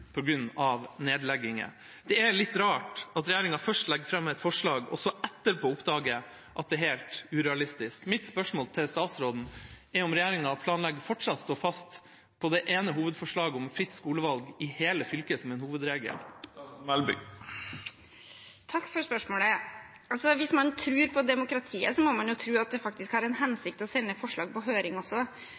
nedlegginger. Det er litt rart at regjeringa først legger fram et forslag – og så etterpå oppdager at det er helt urealistisk. Mitt spørsmål til statsråden er om regjeringa planlegger å fortsatt stå fast på det ene hovedforslaget om fritt skolevalg i hele fylket som en hovedregel. Takk for spørsmålet. Hvis man tror på demokratiet, må man jo også tro at det faktisk har en hensikt å sende forslag på høring.